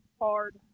hard